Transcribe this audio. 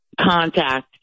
contact